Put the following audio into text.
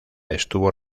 estuvo